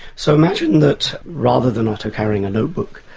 so imagine that rather than otto carrying a notebook,